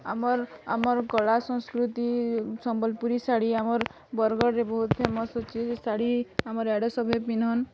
ଆମର୍ ଆମର୍ କଳା ସଂସ୍କୃତି ସମ୍ବଲପୁରୀ ଶାଢ଼ୀ ଆମର୍ ବରଗଡ଼ରେ ବହୁତ୍ ଫେମସ୍ ଅଛି ଶାଢ଼ୀ ଆମ୍ର ଆଡ଼େ ସବୁ ପିହ୍ନନ୍